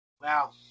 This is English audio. Wow